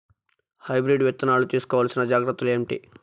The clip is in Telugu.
హైబ్రిడ్ విత్తనాలు తీసుకోవాల్సిన జాగ్రత్తలు ఏంటి?